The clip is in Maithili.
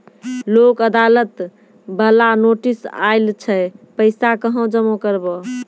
लोक अदालत बाला नोटिस आयल छै पैसा कहां जमा करबऽ?